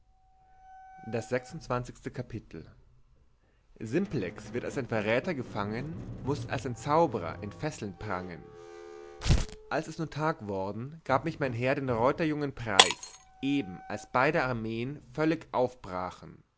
simplex wird als ein verräter gefangen muß als ein zaubrer in fesselen prangen als es nun tag worden gab mich mein herr den reuterjungen preis eben als beide armeen völlig aufbrachen